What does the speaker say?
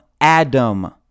Adam